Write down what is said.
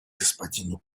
господину